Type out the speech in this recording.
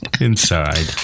inside